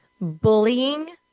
bullying